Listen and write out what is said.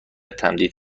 تمدید